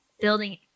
building